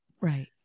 right